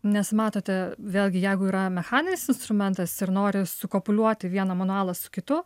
nes matote vėlgi jeigu yra mechaninis instrumentas ir nori sukopuliuoti vieną manualą su kitu